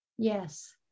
Yes